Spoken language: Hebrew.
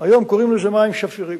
היום קוראים לזה מים שפירים,